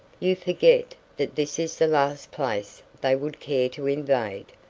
you forget that this is the last place they would care to invade.